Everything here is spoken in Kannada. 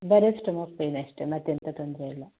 ಬರೆ ಸ್ಟೊಮಕ್ ಪೇಯ್ನ್ ಅಷ್ಟೆ ಮತ್ತೆಂಥ ತೊಂದರೆ ಇಲ್ಲ